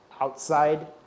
outside